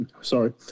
sorry